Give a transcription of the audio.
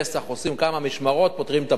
שעושים כמה משמרות ופותרים את הבעיה,